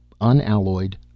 Unalloyed